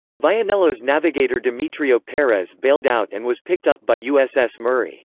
vianello's navigator demetrio perez bailed out and was picked up by uss murray.